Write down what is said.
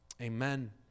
Amen